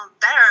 better